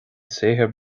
saothar